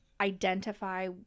identify